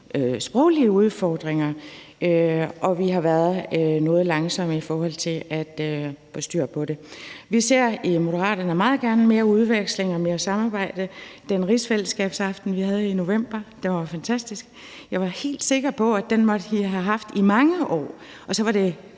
sproglige udfordringer, og vi har været noget langsomme i forhold til at få styr på det. Vi ser i Moderaterne meget gerne mere udveksling og mere samarbejde. Den rigsfællesskabsaften, vi havde i november, var fantastisk. Jeg var helt sikker på, at sådan en måtte vi have haft i mange år, og så var det